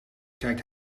kijkt